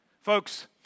Folks